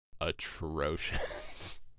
atrocious